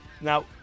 Now